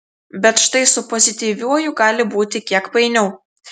bet štai su pozityviuoju gali būti kiek painiau